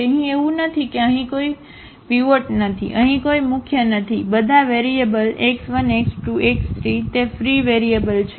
અહીં એવું નથી કે અહીં કોઈ પીવોર્ટ નથી અહીં કોઈ મુખ્ય નથી અને બધા વેરિયેબલ x1 x2 x3 તે ફ્રી વેરિયેબલ છે